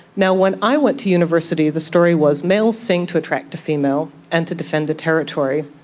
now, when i went to university the story was males sing to attract a female and to defend a territory.